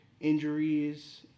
injuries